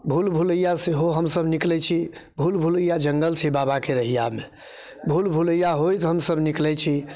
भूल भुलैया सेहो हमसभ निकलैत छी भूल भुलैया जंगल छै बाबाके रहैयामे भूल भुलैया होइत हमसभ निकलैत छी